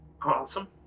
Awesome